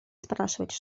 спрашивать